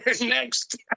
Next